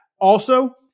Also-